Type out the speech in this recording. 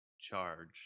charge